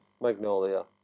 Magnolia